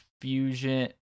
Fusion